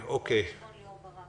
נתחיל עם יורם סגל,